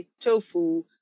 tofu